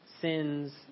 sins